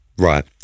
Right